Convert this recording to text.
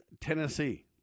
Tennessee